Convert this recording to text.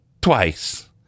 twice